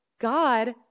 God